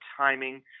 timing